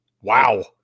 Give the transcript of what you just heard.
Wow